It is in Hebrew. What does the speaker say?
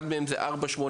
אחד מהם הוא 489